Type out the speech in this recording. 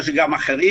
יש גם אחרים,